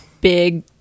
big